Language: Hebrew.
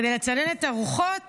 כדי לצנן את הרוחות